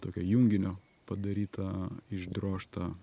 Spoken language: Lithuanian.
tokio junginio padaryta išdrožta